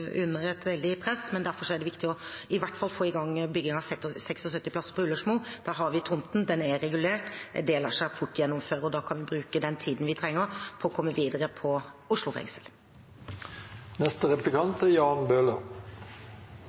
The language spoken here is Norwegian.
under et veldig press. Derfor er det viktig i hvert fall å få i gang byggingen av 76 plasser på Ullersmo. Der har vi tomten, den er regulert. Det lar seg fort gjennomføre, og da kan vi bruke den tiden vi trenger, til å komme videre på Oslo fengsel. Som de forrige som hadde replikk, har vært inne på – statsråden også – er